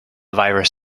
virus